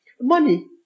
money